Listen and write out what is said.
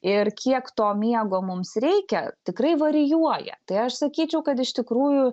ir kiek to miego mums reikia tikrai varijuoja tai aš sakyčiau kad iš tikrųjų